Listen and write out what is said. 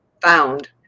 found